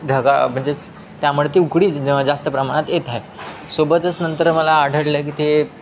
धगा म्हणजेच त्यामुळे ती उकळीच जास्त प्रमाणात येत आहे सोबतच नंतर मला आढळलं की ते